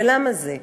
ולמה זה?